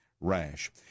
rash